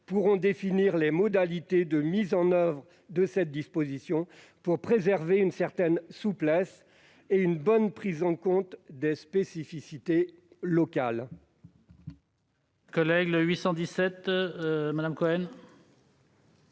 pourront définir les modalités de mise en oeuvre de cette disposition pour préserver une certaine souplesse et une bonne prise en compte des spécificités locales.